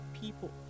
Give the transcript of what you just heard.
people